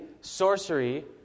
sorcery